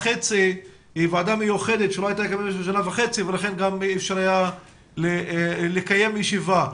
היא ועדה מיוחדת ולכן אי אפשר היה לקיים ישיבה.